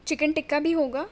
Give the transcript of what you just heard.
chicken tikka بھی ہوگا